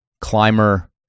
climber